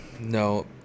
No